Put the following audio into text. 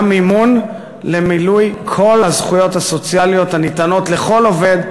מימון למילוי כל הזכויות הסוציאליות הניתנות לכל עובד,